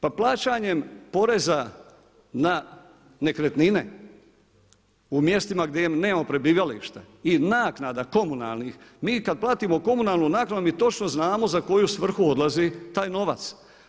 Pa plaćanjem poreza na nekretnine u mjestima gdje nemamo prebivališta i naknada komunalnih, mi kada platimo komunalnu naknadu mi točno znamo za koju svrhu odlazi taj novac.